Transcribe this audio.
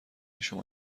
شما